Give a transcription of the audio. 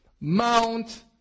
Mount